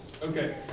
Okay